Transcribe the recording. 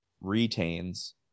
retains